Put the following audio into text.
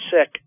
sick